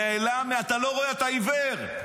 אתה לא רואה, אתה עיוור,